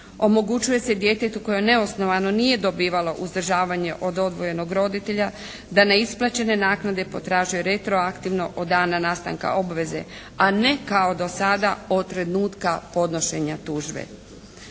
Omogućuje se djetetu koje neosnovano nije dobivalo uzdržavanje od odvojenog roditelja da neisplaćene naknade potražuje retroaktivno od dana nastanka obveze, a ne kao do sada od trenutka podnošenja tužbe.